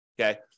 okay